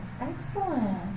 Excellent